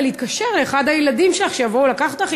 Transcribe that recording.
להתקשר לאחד מהילדים שלך כדי שיבוא לקחת אותך?